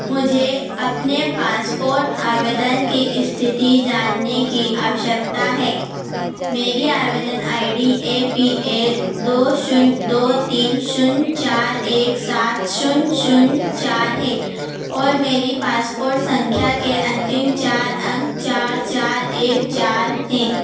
मुझे अपने पासपोर्ट आवेदन की स्थिति जानने की आवश्यकता है मेरी आवेदन I D A P L दो शून्य दो तीन शून्य चार एक सात शून्य शून्य चार है और मेरी पासपोर्ट संख्या के अंतिम चार अंक चार चार एक चार हैं